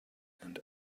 and